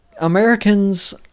Americans